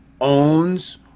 owns